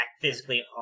physically